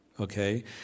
Okay